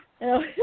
No